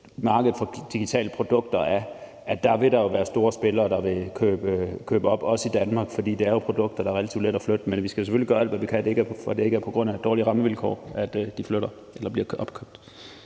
som markedet for digitale produkter er, at der vil være store spillere, der vil købe op, også i Danmark, fordi det jo er produkter, der er relativt lette at flytte, men vi skal selvfølgelig gøre alt, hvad vi kan, for, at det ikke er på grund af dårlige rammevilkår, at de flytter eller bliver opkøbt.